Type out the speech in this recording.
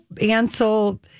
Ansel